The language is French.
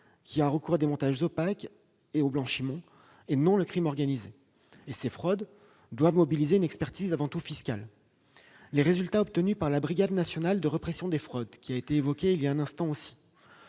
qui a recours à des montages opaques et au blanchiment, et non pas le crime organisé. Ces fraudes doivent mobiliser une expertise avant tout fiscale. Les résultats obtenus par la Brigade nationale de répression de la délinquance fiscale, évoquée précédemment, sont